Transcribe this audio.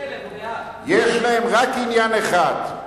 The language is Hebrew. יש להם רק עניין אחד.